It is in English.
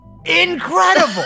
incredible